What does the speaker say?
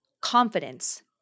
confidence